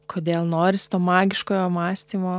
kodėl norisi to magiškojo mąstymo